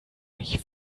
mich